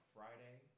Friday